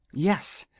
yes.